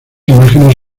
imágenes